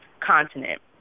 continent